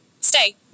Stay